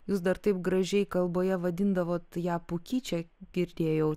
jūs dar taip gražiai kalboje vadindavot ją pukyčia girdėjau